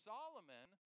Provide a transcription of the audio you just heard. Solomon